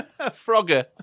Frogger